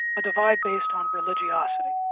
a divide based on religiosity,